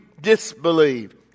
disbelieve